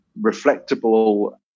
reflectable